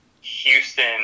Houston